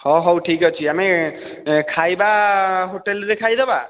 ହଁ ହଉ ଠିକ୍ ଅଛି ଆମେ ଖାଇବା ହୋଟେଲ୍ରେ ଖାଇଦେବା